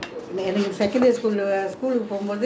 இல்ல:illa you know I go to school or not